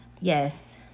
Yes